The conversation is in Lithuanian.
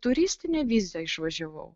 turistine viza išvažiavau